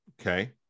Okay